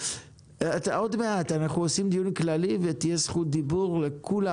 אנחנו עושים דיון כללי ותהיה זכות דיבור לכולם.